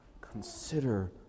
consider